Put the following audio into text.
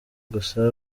gusa